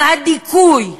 והדיכוי,